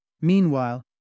Meanwhile